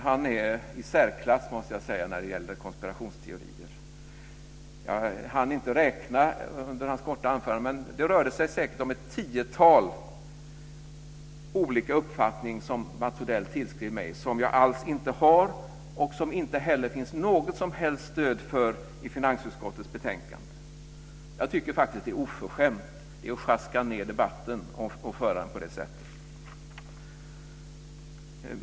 Han är i särklass när det gäller konspirationsteorier. Jag hann inte räkna alla under hans korta anförande, men det rörde sig säkert om ett tiotal olika uppfattningar som Mats Odell tillskrev mig som jag alls inte har och som det inte heller finns något som helst stöd för i finansutskottets betänkande. Jag tycker faktiskt att det är oförskämt; det är att sjaska ned debatten att föra den på det sättet.